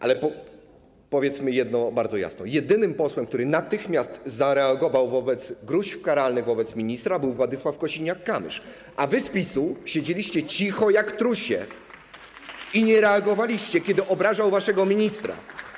Ale powiedzmy jedno bardzo jasno: jedynym posłem, który natychmiast zareagował na groźby karalne wobec ministra, był Władysław Kosiniak-Kamysz, a wy z PiS-u siedzieliście cicho jak trusie i nie reagowaliście, kiedy obrażano waszego ministra.